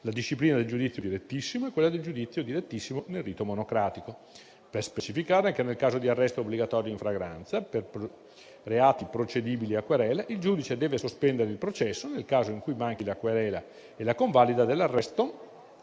la disciplina del giudizio direttissimo e quella del giudizio direttissimo nel rito monocratico. È ben specificare che, nel caso di arresto obbligatorio in flagranza per reati procedibili a querela, il giudice deve sospendere il processo nel caso in cui manchi la querela e la convalida dell'arresto